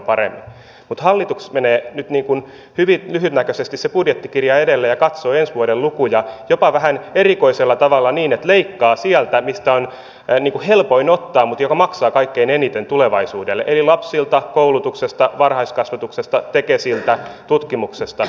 mutta hallitus menee nyt hyvin lyhytnäköisesti se budjettikirja edellä ja katsoo ensi vuoden lukuja jopa vähän erikoisella tavalla niin että leikkaa sieltä mistä on helpoin ottaa mutta mikä maksaa kaikkein eniten tulevaisuudelle eli lapsilta koulutuksesta varhaiskasvatuksesta tekesiltä tutkimuksesta